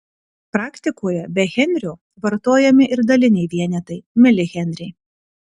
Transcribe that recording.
praktikoje be henrio vartojami ir daliniai vienetai milihenriai